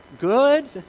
good